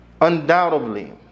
Undoubtedly